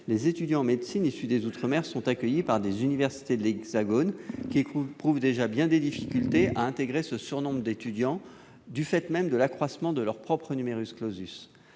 les étudiants en médecine issus des outre-mer sont accueillis par des universités de l'Hexagone, qui éprouvent déjà bien des difficultés à intégrer ce surnombre d'étudiants du fait même de l'accroissement de leur propre. Ainsi,